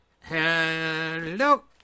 Hello